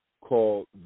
called